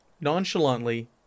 nonchalantly